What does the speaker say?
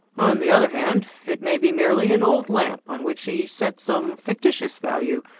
on the other hand, it may be merely an old lamp on which she set some fictitious value.